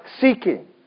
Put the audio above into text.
seeking